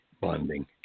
bonding